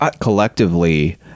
Collectively